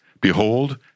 Behold